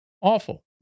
awful